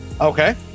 Okay